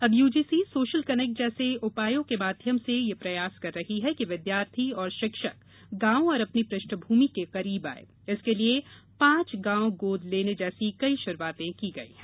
अब UGC social connect जैसे उपायों के माध्यम से यह प्रयास कर रही है कि विद्यार्थी और शिक्षक गांव और अपनी पृष्ठभूमि के करीब आए इसके लिये पांच गांव गोद लेने जैसी कई शुरूआत की गई है